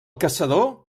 caçador